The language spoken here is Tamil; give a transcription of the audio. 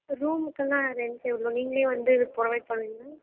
ரூமுக்கெல்லாம் ரென்ட் எவ்வளோ நீங்களே வந்து ப்ரொவைட் பண்ணுவீங்களா